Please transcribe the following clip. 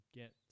get